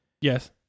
Yes